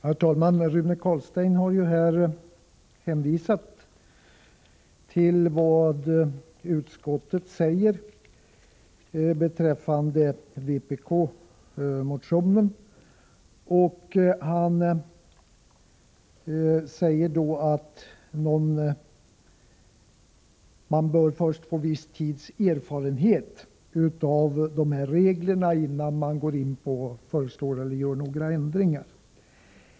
Herr talman! Rune Carlstein har här hänvisat till vad utskottet uttalar beträffande vpk-motionerna, och han säger att man först bör få en viss tids erfarenhet av de här reglerna innan man går in och föreslår några ändringar.